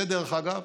דרך אגב,